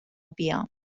بیام